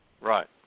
Right